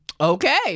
Okay